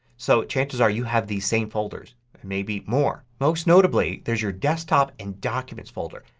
so chances are you have these same folders. maybe more. most notably there's your desktop and documents folder.